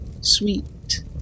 sweet